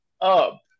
up